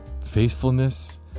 Faithfulness